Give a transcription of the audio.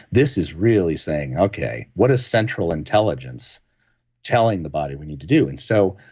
this is really saying, okay. what is central intelligence telling the body we need to do? and so,